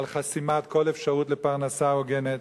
על חסימת כל אפשרות לפרנסה הוגנת,